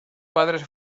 padres